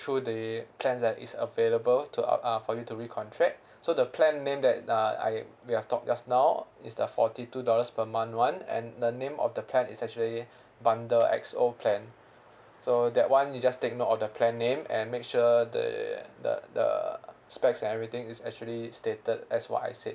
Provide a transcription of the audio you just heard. through the plan that is available to uh for you to recontract so the plan name that uh I we are talk just now is the forty two dollars per month one and the name of the plan is actually bundle X_O plan so that one you just take note of the plan name and make sure the the the specs and everything is actually stated as what I said